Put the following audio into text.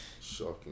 Shocking